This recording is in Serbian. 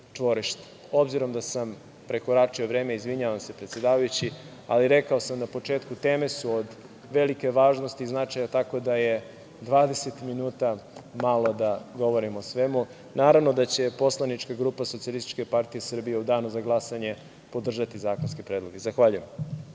da sam prekoračio vreme, izvinjavam se predsedavajući, ali rekao sam na početku, teme su od velike važnosti i značaja, tako da je 20 minuta malo da govorim o svemu. Naravno da će poslanička grupa SPS u danu za glasanje podržati zakonske predloge. Zahvaljujem.